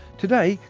today,